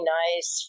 nice